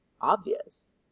obvious